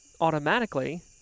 automatically